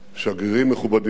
שגרירים מכובדים,